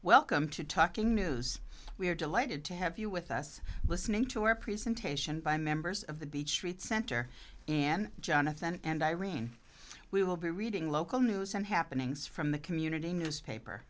welcome to talking news we're delighted to have you with us listening to a presentation by members of the beach street center and jonathan and irene we will be reading local news and happenings from the community newspaper